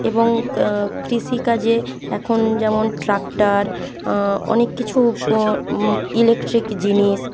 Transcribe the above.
এবং কৃষিকাজে এখন যেমন ট্রাক্টার অনেক কিছু ইলেকট্রিক জিনিস